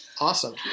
Awesome